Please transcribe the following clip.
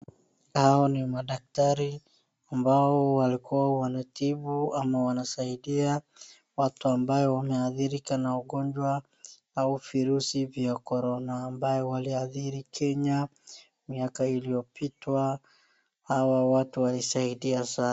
Hawa ni madaktari ambao walikuwa wanatibu ama wanasaidia watu ambayo wameadhirika na ugonjwa au virusi vya Corona ambayo waliadhiri Kenya miaka iliyopitwa. Hawa watu walisaidia sana.